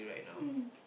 mm